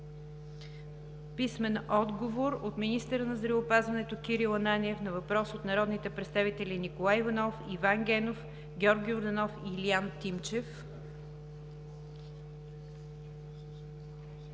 Николай Цонков; - министъра на здравеопазването Кирил Ананиев на въпрос от народните представители Николай Иванов, Иван Генов, Георги Йорданов и Илиян Тимчев;